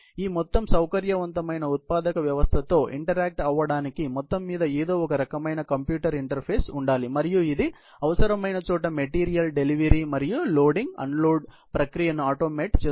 ఈ మొత్తం సౌకర్యవంతమైన ఉత్పాదక వ్యవస్థతో ఇంటరాక్ట్ అవ్వడానికి మొత్తం మీద ఏదో ఒక రకమైన కంప్యూటర్ ఇంటర్ఫేస్ ఉండాలి మరియు ఇది అవసరమైన చోట మెటీరియల్ డెలివరీ మరియు లోడింగ్ అన్లోడ్ ప్రక్రియను ఆటోమేట్ చేస్తుంది